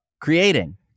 creating